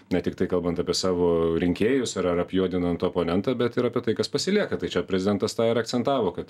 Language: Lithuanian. ne tiktai kalbant apie savo rinkėjus ar ar apjuodinant oponentą bet ir apie tai kas pasilieka tai čia prezidentas tą ir akcentavo kad